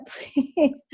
please